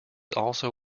also